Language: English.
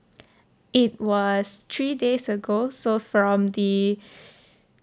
it was three days ago so from the